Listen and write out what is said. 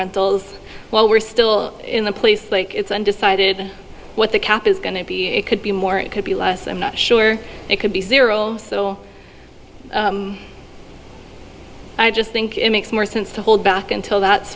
rentals while we're still in a place like it's undecided what the cap is going to be it could be more it could be less i'm not sure it could be zero so i just think it makes more sense to hold back until that